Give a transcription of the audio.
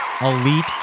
Elite